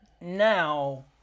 now